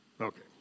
Okay